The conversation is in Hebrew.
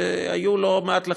והיו לא מעט לחצים,